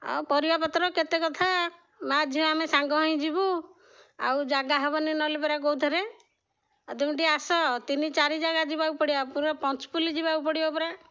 ଆଉ ପରିବାପତ୍ର କେତେ କଥା ମା' ଝିଅ ଆମେ ସାଙ୍ଗ ହେଇ ଯିବୁ ଆଉ ଜାଗା ହବନି ନହେଲେ ପରା କେଉଁଥରେ ଆଉ ତୁମେ ଟିକେ ଆସ ତିନି ଚାରି ଜାଗା ଯିବାକୁ ପଡ଼ିବ ପୁରା ପଞ୍ଚୁପଲି ଯିବାକୁ ପଡ଼ିବ ପରା